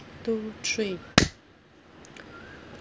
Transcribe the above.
two three